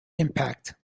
impact